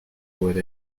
with